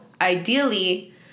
ideally